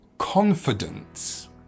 confidence